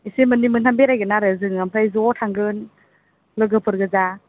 एसे मोननै मोनथाम बेरायगोन आरो जों ओमफ्राय ज' थांगोन लोगोफोरगोजा